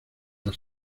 las